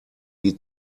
die